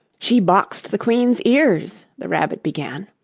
she boxed the queen's ears the rabbit began.